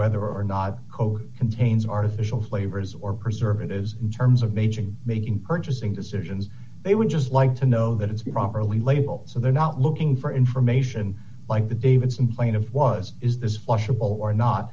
whether or not code contains artificial flavors or preservatives in terms of major making purchasing decisions they would just like to know that it's properly labeled so they're not looking for information like the davidson plaintiff was is this possible or not